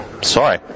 sorry